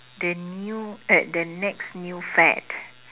the new eh the next new fad